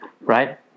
right